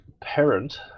parent